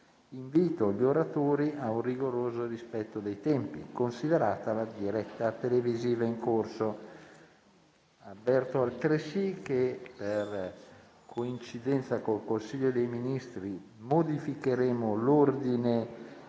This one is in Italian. Invito gli oratori ad un rigoroso rispetto dei tempi, considerata la diretta televisiva in corso. Avverto che, vista la coincidenza con il Consiglio dei ministri, modificheremo l'ordine